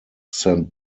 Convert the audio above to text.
saint